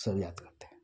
सब याद करते हैं